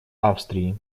австрии